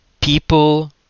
people